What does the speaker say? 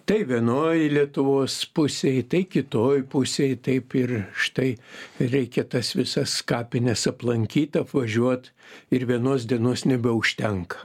tai vienoj lietuvos pusėj tai kitoj pusėj taip ir štai reikia tas visas kapines aplankyt apvažiuot ir vienos dienos nebeužtenka